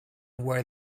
wear